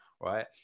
right